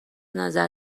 نظر